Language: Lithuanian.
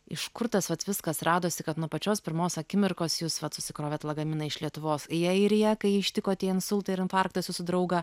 iš kur tas vat viskas radosi kad nuo pačios pirmos akimirkos jūs vat susikrovėt lagaminą iš lietuvos į airiją kai jį ištiko insultai ir infarktas jūsų draugą